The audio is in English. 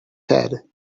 head